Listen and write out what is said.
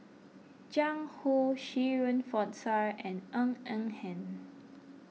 Jiang Hu Shirin Fozdar and Ng Eng Hen